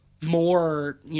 more